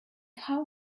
how